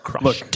Look